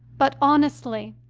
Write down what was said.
but, honestly,